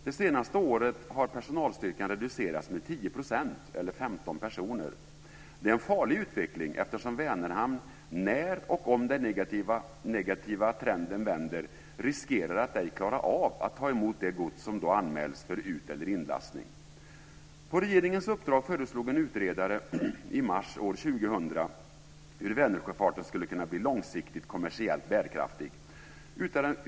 Det senaste året har personalstyrkan reducerats med 10 %, eller 15 personer. Det är en farlig utveckling eftersom Vänerhamn, när och om den negativa trenden vänder, riskerar att ej klara av att ta emot det gods som då anmäls för ut eller inlastning. På regeringens uppdrag föreslog en utredare i mars 2000 hur Vänersjöfarten skulle kunna bli långsiktigt kommersiellt bärkraftig.